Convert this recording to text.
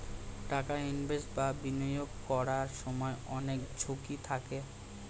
টাকা ইনভেস্ট বা বিনিয়োগ করার সময় অনেক ঝুঁকি থাকে